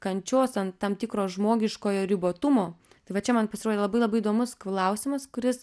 kančios ant tam tikro žmogiškojo ribotumo tai va čia man pasirodė labai labai įdomus klausimas kuris